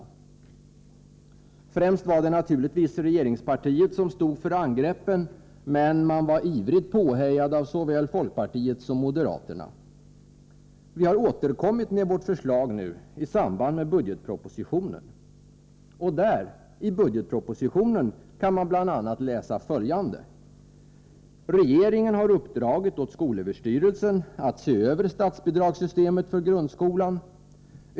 Främst var det naturligtvis regeringspartiet som stod för angreppen, men man var ivrigt påhejad av såväl folkpartisterna som moderaterna. Vi har återkommit med vårt förslag nu i samband med budgetpropositio nen. Och där, i budgetpropositionen, kan man bl.a. läsa följande: ”Regeringen har ——-—- uppdragit åt SÖ att se över statsbidragssystemet för grundskolan.